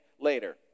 later